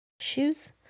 shoes